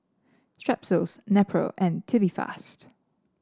Strepsils Nepro and Tubifast